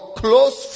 close